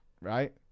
Right